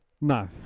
No